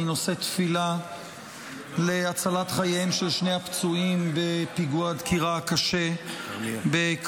אני נושא תפילה להצלת חייהם של שני הפצועים בפיגוע הדקירה הקשה בכרמיאל.